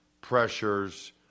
pressures